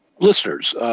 listeners